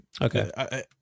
Okay